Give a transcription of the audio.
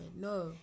no